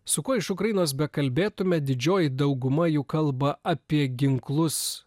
su kuo iš ukrainos bekalbėtumėme didžioji dauguma jų kalba apie ginklus